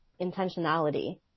intentionality